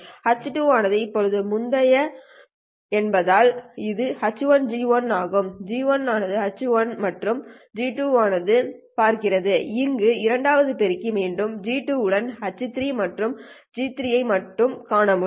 H2 ஆனது இப்போது முந்தையது என்பதால் இது H1G1 ஆகும் இந்த G1 ஆனது H2 மற்றும் G2 ஐப் பார்க்கிறது அங்கு இரண்டாவது பெருக்கி மீண்டும் G2 உடன் H3 மற்றும் G3 ஐ மட்டுமே காண முடியும்